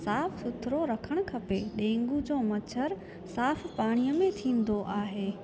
साफ़ु सुथरो रखणु खपे डेंगू जो मछरु साफ़ु पाणीअ में थींदो आहे